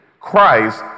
Christ